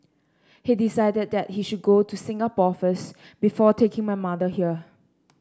he decided that he should go to Singapore first before taking my mother here